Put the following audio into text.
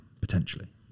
potentially